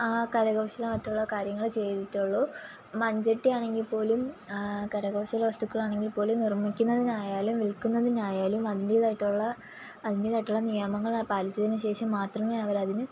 ആ കരകൗശലം മറ്റുള്ള കാര്യങ്ങൾ ചെയ്തിട്ടുള്ളൂ മൺചട്ടി ആണെങ്കിൽ പോലും കരകൗശല വസ്തുക്കളാണെങ്കിൽ പോലും നിർമ്മിക്കുന്നതിനായാലും വിൽക്കുന്നതിനായാലും അതിൻറേതായിട്ടുള്ള അതിൻറേതായിട്ടുള്ള നിയമങ്ങൾ പാലിച്ചതിന് ശേഷം മാത്രമേ അവർ അതിന്